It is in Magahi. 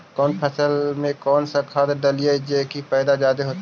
कौन फसल मे कौन सा खाध डलियय जे की पैदा जादे होतय?